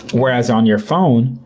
whereas on your phone,